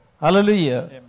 Hallelujah